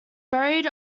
buried